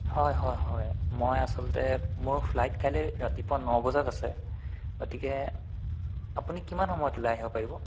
হয় হয় হয় মই আচলতে মোৰ ফ্লাইট কাইলৈ ৰাতিপুৱা ন বজাত আছে গতিকে আপুনি কিমান সময়ত ওলাই আহিব পাৰিব